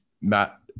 Matt